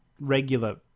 regular